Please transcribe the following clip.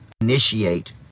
initiate